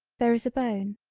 there is a bone.